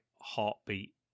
heartbeat